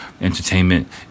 entertainment